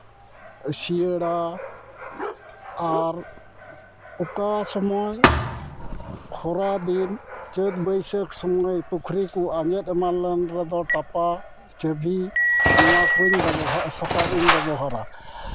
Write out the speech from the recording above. ᱥᱤᱭᱟᱹᱲᱟ ᱟᱨ ᱚᱠᱟ ᱥᱚᱢᱚᱭ ᱠᱷᱚᱨᱟ ᱫᱤᱱ ᱪᱟᱹᱛ ᱵᱟᱹᱭᱥᱟᱹᱠᱷ ᱥᱚᱢᱚᱭ ᱯᱩᱠᱷᱨᱤ ᱠᱚ ᱟᱡᱮᱫ ᱮᱢᱟᱱ ᱞᱮᱱ ᱨᱮᱫᱚ ᱴᱟᱯᱟ ᱪᱟᱵᱤ ᱱᱚᱣᱟ ᱠᱚᱧ ᱵᱮᱵᱚᱦᱟ ᱥᱟᱯᱟᱯ ᱤᱧ ᱵᱮᱵᱚᱦᱟᱨᱟ